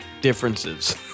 differences